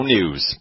News